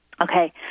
okay